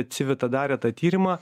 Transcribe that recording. civita darė tą tyrimą